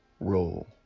role